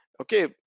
okay